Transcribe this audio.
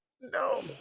no